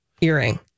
earring